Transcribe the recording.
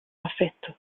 afecto